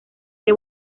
que